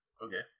Okay